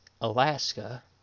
Alaska